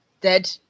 dead